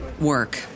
work